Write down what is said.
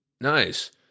nice